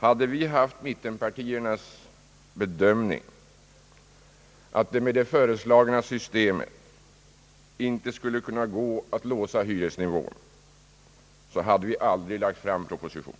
Hade vi känt till mittenpartiernas bedömning att det med den föreslagna lagstiftningen inte skulle kunna gå att låsa hyresnivån, skulle vi aldrig ha lagt fram propositionen.